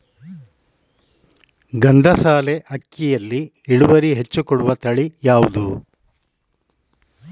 ಗಂಧಸಾಲೆ ಅಕ್ಕಿಯಲ್ಲಿ ಇಳುವರಿ ಹೆಚ್ಚು ಕೊಡುವ ತಳಿ ಯಾವುದು?